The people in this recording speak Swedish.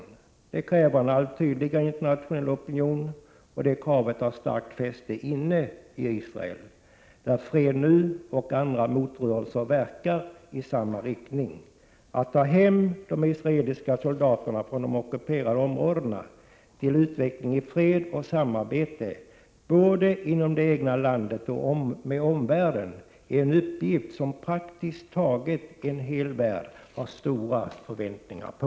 För detta krävs en allt tydligare internationell opinion, och detta är ett krav som har starkt fäste i Israel, där ”Fred Nu” och andra rörelser verkar i samma riktning, nämligen för ett hemtagande av de israeliska soldaterna från de ockuperade områdena och för en utveckling i fred och samarbete både inom det egna landet och i förhållande till omvärlden. Detta en utveckling som praktiskt taget en hel värld har stora förväntningar på.